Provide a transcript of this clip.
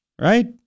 Right